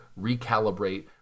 recalibrate